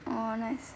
orh nice